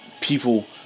people